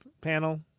panel